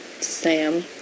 Sam